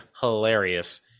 hilarious